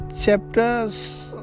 chapters